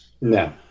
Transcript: No